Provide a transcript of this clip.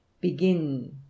begin